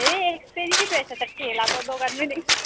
ए रहेछ त ठेलाको दोकानमा पनि